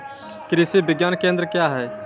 कृषि विज्ञान केंद्र क्या हैं?